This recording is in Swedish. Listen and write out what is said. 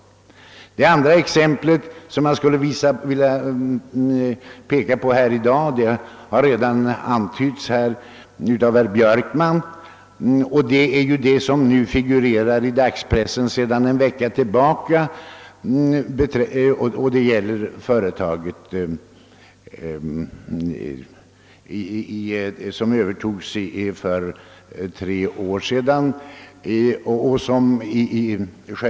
Det andra exempel, som jag vill peka på, har redan antytts av herr Björkman. Det gäller Svenska Durox AB i Skövde, som figurerar i dagspressen sedan en vecka tillbaka och som övertogs av staten för tre år sedan.